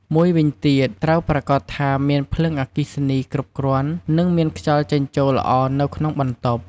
មួយវិញទៀត ត្រូវប្រាកដថាមានភ្លើងអគ្គិសនីគ្រប់គ្រាន់ និងមានខ្យល់ចេញចូលល្អនៅក្នុងបន្ទប់។